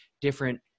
different